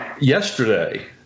Yesterday